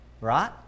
Right